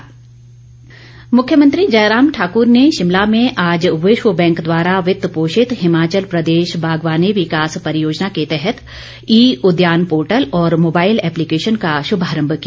शुभारम्भ मुख्यमंत्री जयराम ठाकूर ने शिमला में आज विश्व बैंक द्वारा वित्त पोषित हिमाचल प्रदेश बागवानी विकास पॅरियोजना के तहत ई उद्यान पोर्टल और मोबाइल एप्लीकेशन का श्भारम्भ किया